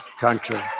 country